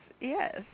Yes